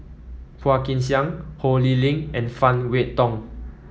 Phua Kin Siang Ho Lee Ling and Phan Wait Hong